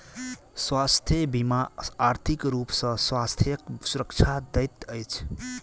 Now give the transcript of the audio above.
स्वास्थ्य बीमा आर्थिक रूप सॅ स्वास्थ्यक सुरक्षा दैत अछि